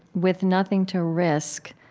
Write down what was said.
with nothing to risk,